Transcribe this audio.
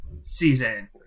season